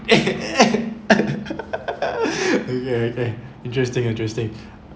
okay okay interesting interesting